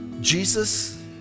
Jesus